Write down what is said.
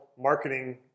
marketing